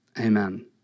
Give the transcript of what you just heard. amen